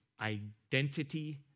identity